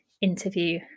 interview